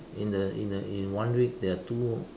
in the in the in one week there are two